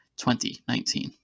2019